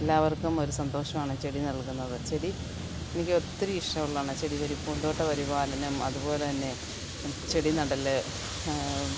എല്ലാവർക്കും ഒരു സന്തോഷമാണ് ചെടി നൽകുന്നത് ചെടി എനിക്ക് ഒത്തിരി ഇഷ്ടമുള്ളതാണ് ചെടി ഒരു പൂന്തോട്ട പരിപാലനം അതുപോലെതന്നെ ചെടി നടല്